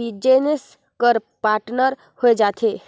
business कर partner होए जाथे